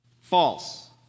False